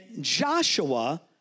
Joshua